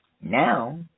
Now